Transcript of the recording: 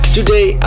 Today